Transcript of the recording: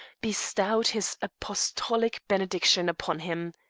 bestowed his apostolic benediction upon him.